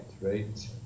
right